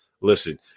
listen